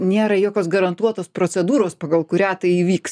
nėra jokios garantuotos procedūros pagal kurią tai įvyks